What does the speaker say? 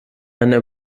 einer